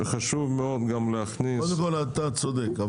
קודם כול, אתה צודק.